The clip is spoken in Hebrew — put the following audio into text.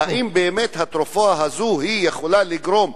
האם באמת התרופה הזאת היתה יכולה לגרום